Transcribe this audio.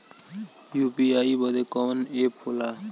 UPI बदे कवन app होला?